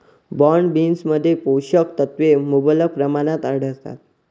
broad बीन्समध्ये पोषक तत्वे मुबलक प्रमाणात आढळतात